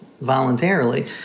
voluntarily